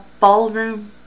ballroom